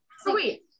Sweet